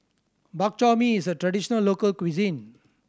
Bak Chor Mee is a traditional local cuisine